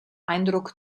eindruck